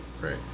Right